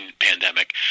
pandemic